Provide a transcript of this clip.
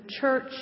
church